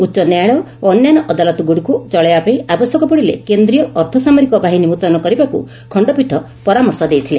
ଉଚ ନ୍ୟାୟାଳୟ ଓ ଅନ୍ୟାନ୍ୟ ଅଦାଲତଗୁଡ଼ିକୁ ଚଳାଇବା ପାଇଁ ଆବଶ୍ୟକ ପଡ଼ିଲେ କେନ୍ଦୀୟ ଅର୍ଦ୍ଧସାମରିକ ବାହିନୀ ମୁତୟନ କରିବାକୁ ଖଣ୍ଡପୀଠ ପରାମର୍ଶ ଦେଇଥିଲେ